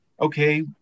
Okay